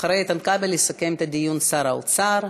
אחרי איתן כבל יסכם את הדיון שר האוצר.